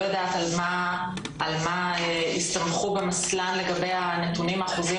יודעת על מה הסתמכו לגבי הנתונים או האחוזים,